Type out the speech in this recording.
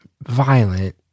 violent